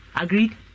agreed